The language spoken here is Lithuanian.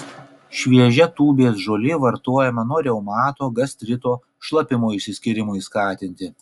šviežia tūbės žolė vartojama nuo reumato gastrito šlapimo išsiskyrimui skatinti